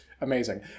Amazing